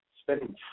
spending